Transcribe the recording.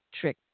trick